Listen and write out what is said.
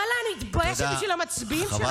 ואללה, אני מתביישת בשביל המצביעים שלכם.